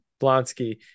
Blonsky